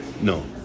No